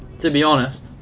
to be honest,